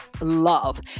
love